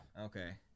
Okay